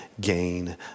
gain